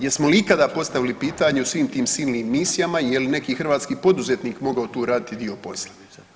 Jesmo li ikada postavili pitanje u svim tim silnim misijama i je li neki hrvatski poduzetnik mogao tu raditi dio posla.